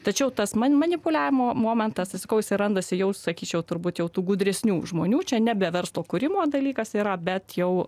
tačiau tas man manipuliavimo momentas tai sakau jisai randasi jau sakyčiau turbūt jau tų gudresnių žmonių čia nebe verslo kūrimo dalykas yra bet jau